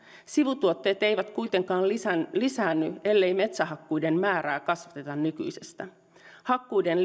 sivutuotteet eivät kuitenkaan lisäänny lisäänny ellei metsähakkuiden määrää kasvateta nykyisestä hakkuiden